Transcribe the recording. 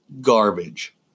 Garbage